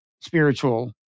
spiritual